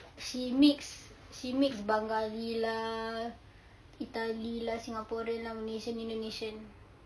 she mix she mix bengali lah italy lah singaporean lah malaysian indonesian